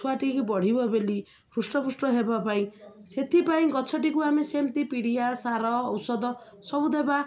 ଛୁଆଟିିକି ବଢ଼ିବ ବୋଲିଲି ହୃଷ୍ଟପୃଷ୍ଟ ହେବା ପାଇଁ ସେଥିପାଇଁ ଗଛଟିକୁ ଆମେ ସେମିତି ପିଡ଼ିଆ ସାର ଔଷଧ ସବୁ ଦେବା